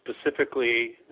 specifically